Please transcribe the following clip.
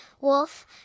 wolf